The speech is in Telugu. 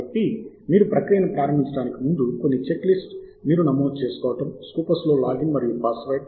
కాబట్టి మీరు ప్రక్రియను ప్రారంభించడానికి ముందు కొన్ని చెక్ లిస్ట్ మీరు నమోదు చేసుకోవడం స్కోపస్లో లాగిన్ మరియు పాస్వర్డ్